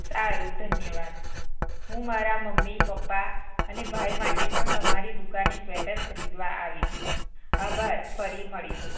સારું ધન્યવાદ હું મારા મમ્મી પપ્પા અને ભાઈ માટે પણ તમારી દુકાને સ્વેટર ખરીદવા આવીશ આભાર ફરી મળીશું